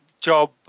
job